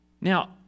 Now